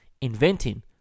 inventing